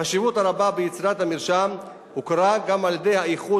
החשיבות הרבה ביצירת המרשם הוכרה גם על-ידי האיחוד